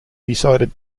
decided